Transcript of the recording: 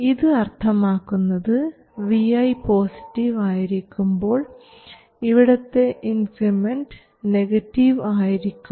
ഇത് അർത്ഥമാക്കുന്നത് vi positive ആയിരിക്കുമ്പോൾ ഇവിടത്തെ ഇൻക്രിമെൻറ് നെഗറ്റീവ് ആയിരിക്കും